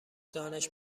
دانش